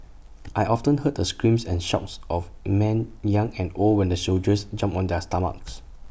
I often heard the screams and shouts of men young and old when the soldiers jumped on their stomachs